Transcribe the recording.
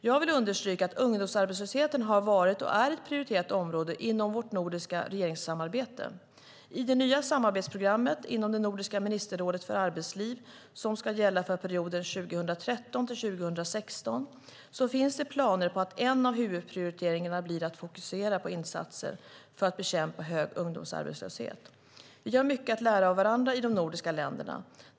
Jag vill understryka att ungdomsarbetslösheten har varit och är ett prioriterat område inom vårt nordiska regeringssamarbete. I det nya samarbetsprogrammet inom Nordiska ministerrådet för arbetsliv, som ska gälla för perioden 2013-2016, finns det planer på att en av huvudprioriteringarna blir att fokusera på insatser för att bekämpa hög ungdomsarbetslöshet. Vi har mycket att lära av varandra i de nordiska länderna.